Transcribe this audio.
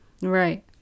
Right